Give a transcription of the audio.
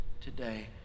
today